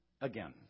again